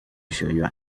学院